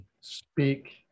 speak